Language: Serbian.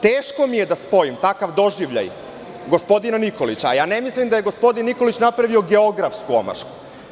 Teško mi je da spojim takav doživljaj gospodina Nikolića, a ne mislim da je gospodin Nikolić napravio geografsku omašku.